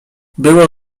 było